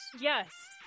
Yes